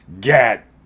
get